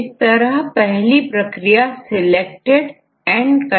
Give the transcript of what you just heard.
इसके दो पहलू है पहली प्रक्रिया सिलेक्टिव और कंडक्शन और दूसरी गेटिंग होती है